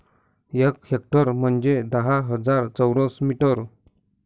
एक हेक्टर म्हंजे दहा हजार चौरस मीटर